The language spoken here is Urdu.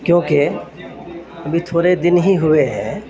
کیونکہ ابھی تھوڑے دن ہی ہوئے ہیں